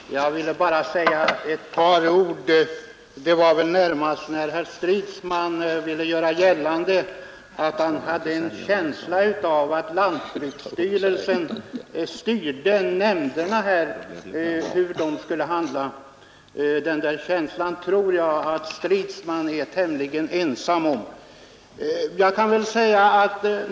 Herr talman! Jag ville bara säga ett par ord därför att herr Stridsman ville göra gällande att han hade en känsla av att lantbruksstyrelsen styrde nämnderna och angav hur de skulle handla. Den känslan tror jag her Stridsman år tämligen ensam om.